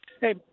Hey